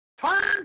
turn